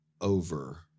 over